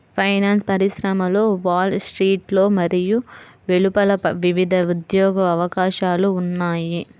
finance పరిశ్రమలో Wall స్ట్రీట్లో మరియు వెలుపల వివిధ ఉద్యోగ అవకాశాలు ఉన్నాయి